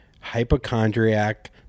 hypochondriac